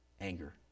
Anger